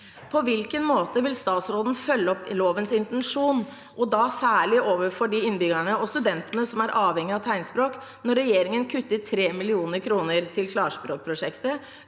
På hvilken måte vil statsråden følge opp lovens intensjon, og da særlig overfor de innbyggerne og studentene som er avhengige av tegnspråk, når regjeringen kutter 3 mill. kr til klarspråkprosjektet